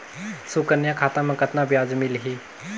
सुकन्या खाता मे कतना ब्याज मिलही?